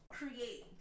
create